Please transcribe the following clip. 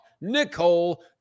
Nicole